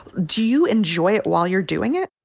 do you enjoy it while you're doing it?